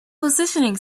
positioning